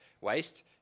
waste